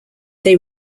they